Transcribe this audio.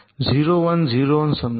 0 1 0 1 समजू